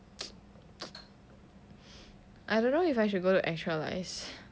I don't know if I should go to actualize